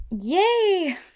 Yay